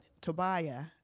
Tobiah